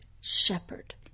shepherd